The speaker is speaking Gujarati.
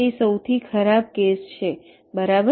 તે સૌથી ખરાબ કેસ છે બરાબર